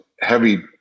heavy